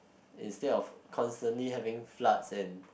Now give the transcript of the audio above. instead of constantly having floods and